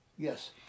Yes